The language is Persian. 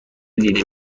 دیده